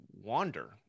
wander